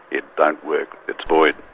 it don't work', it's void.